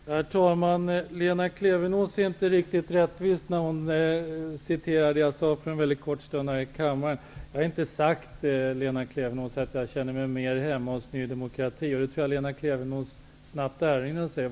Herr talman! Lena Klevenås är inte riktigt rättvis när hon redogör för det som jag sade. Jag har inte sagt att jag känner mig mer hemma hos Ny demokrati. Det tror jag att Lena Klevenås snabbt erinrar sig.